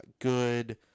good